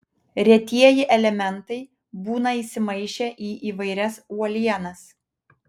retieji elementai būna įsimaišę į įvairias uolienas